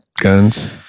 guns